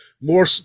more